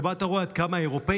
שבה אתה רואה עד כמה האירופים,